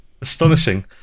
astonishing